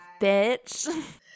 Bitch